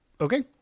okay